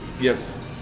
Yes